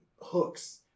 hooks